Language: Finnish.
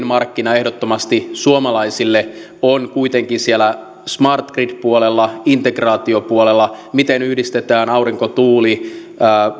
markkina ehdottomasti suomalaisille on kuitenkin siellä smart grid puolella integraatiopuolella miten yhdistetään aurinko tuuli